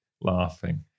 laughing